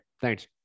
thanks